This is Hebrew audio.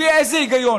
לפי איזה היגיון?